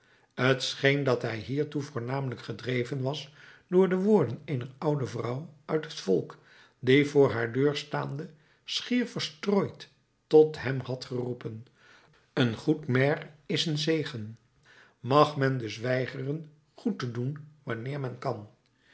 scheen dat hij hiertoe voornamelijk gedreven was door de woorden eener oude vrouw uit het volk die voor haar deur staande schier verstoord tot hem had geroepen een goed maire is een zegen mag men dus weigeren goed te doen wanneer men kan